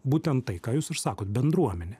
būtent tai ką jūs ir sakot bendruomenė